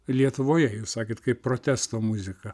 lietuvoje jūs sakėte kaip protesto muzika